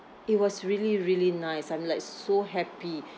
it was really really nice I'm like so happy